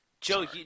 Joe